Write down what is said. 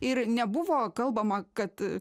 ir nebuvo kalbama kad